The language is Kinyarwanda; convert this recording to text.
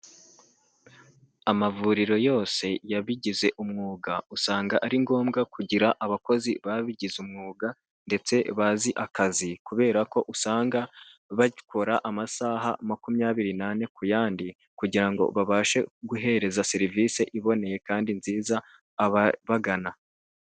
Amavuriro yose yabigize umwuga usanga ari ngombwa kugira abakozi babigize umwuga ndetse bazi akazi kubera ko usanga bakora amasaha makumyabiri n'ane ku yandi kugira ngo babashe guhereza serivisi iboneye kandi nziza ababagana.